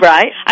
Right